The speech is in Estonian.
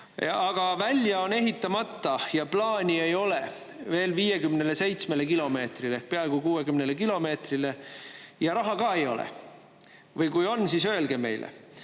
aga välja on ehitamata ja plaani ei ole veel 57‑le ehk peaaegu 60 kilomeetrile. Ja raha ka ei ole – või kui on, siis öelge meile.